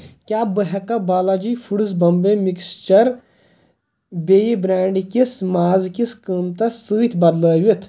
کیٛاہ بہٕ ہیٚکا بالاجی فوٗڈس بمبے مِکسچر بییٚہِ برینڈ کِس مازٕکِس قٕسٕم سۭتۍ بدلٲوِتھ؟